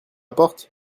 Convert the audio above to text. porte